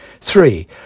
Three